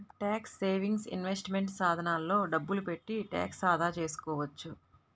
tax saving investment సాధనాల్లో డబ్బులు పెట్టి ట్యాక్స్ ఆదా చేసుకోవచ్చు